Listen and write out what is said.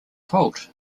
fault